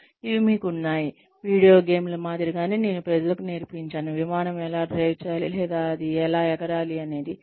మీకు ఇవి ఉన్నాయి వీడియో గేమ్ల మాదిరిగానే నేను ప్రజలకు నేర్పించాను విమానం ఎలా డ్రైవ్ చేయాలి లేదా ఎలా ఎగరాలి అని